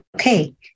okay